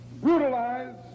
brutalize